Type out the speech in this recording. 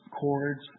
cords